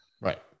right